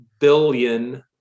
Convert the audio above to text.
billion